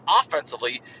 offensively